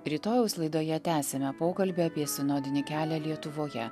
rytojaus laidoje tęsime pokalbį apie sinodinį kelią lietuvoje